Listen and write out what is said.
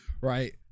right